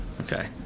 okay